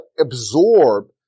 absorb